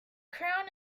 crown